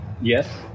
Yes